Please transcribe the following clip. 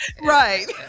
Right